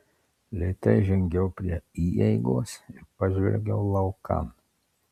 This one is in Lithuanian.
lėtai žengiau prie įeigos ir pažvelgiau laukan